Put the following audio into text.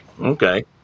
Okay